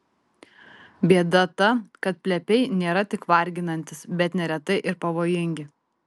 bėda ta kad plepiai nėra tik varginantys bet neretai ir pavojingi